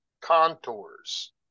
contours